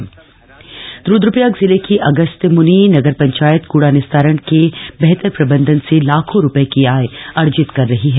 कचरे से मदनी रुद्वप्रयाग जिले की अगस्त्यम्नि नगर पंचायत कूड़ा निस्तारण के बेहतर प्रबन्धन से लाखों रुपये की आय अर्जित कर रही है